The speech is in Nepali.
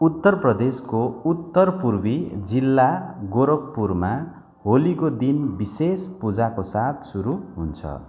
उत्तर प्रदेशको उत्तरपूर्वी जिल्ला गोरखपुरमा होलीको दिन विशेष पूजाको साथ सुरु हुन्छ